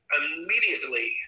immediately